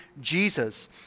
Jesus